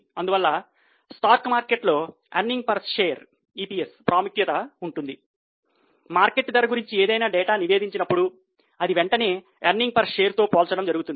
అందువల్ల స్టాక్ మార్కెట్లులో earning per share తో పోల్చబడుతుంది